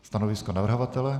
Stanovisko navrhovatele?